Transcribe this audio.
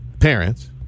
parents